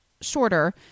shorter